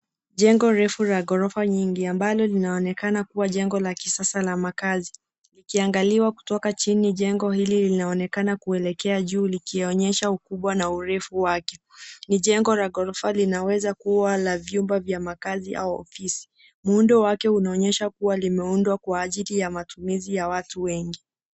Jengo refu la ghorofa nyingi ambalo linaonekana kuwa jengo la kisasa la makaazi. Ukiangaliwa kutoka chini jengo hili linaonekana kuelekea juu likionyesha ukubwa na urefu wake. Ni jengo la ghorofa linaweza kuwa la vyumba vya makaazi au ofisi . Muundo wake unaonyesha kuwa limeundwa kwa ajili ya matumizi ya watu wengi.